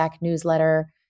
newsletter